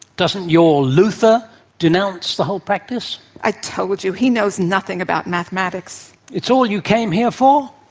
doesn't your luther denounce the whole practice? i told you, he knows nothing about mathematics. it's all you came here for?